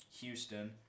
Houston